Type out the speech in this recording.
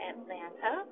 Atlanta